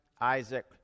Isaac